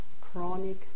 chronic